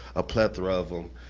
a plethora of them,